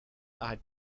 are